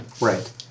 Right